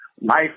life